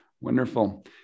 Wonderful